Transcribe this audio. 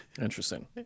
Interesting